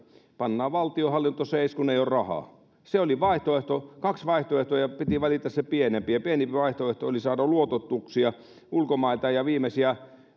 pannaan valtionhallinto seis kun ei ole rahaa se oli vaihtoehto oli kaksi vaihtoehtoa ja piti valita se pienempi ja pienempi vaihtoehto oli saada luototuksia ulkomailta ja viimeisiä